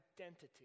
identity